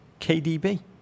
KDB